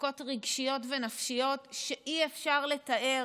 מצוקות רגשיות ונפשיות שאי-אפשר לתאר.